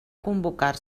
convocar